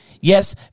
yes